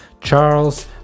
charles